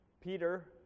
Peter